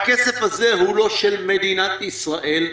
הכסף הזה הוא של מדינת ישראל,